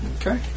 Okay